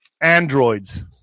androids